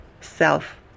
self